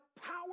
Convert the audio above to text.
power